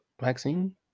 vaccine